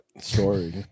story